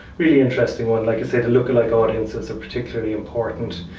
really interesting one, like i said, look a like audience, is particularly important,